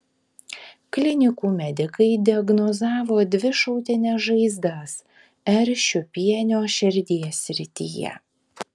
klinikų medikai diagnozavo dvi šautines žaizdas r šiupienio širdies srityje